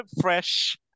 Fresh